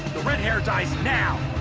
the red-hair dies now!